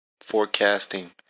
forecasting